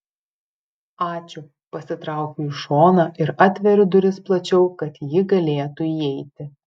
ačiū pasitraukiu į šoną ir atveriu duris plačiau kad ji galėtų įeiti